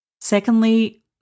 Secondly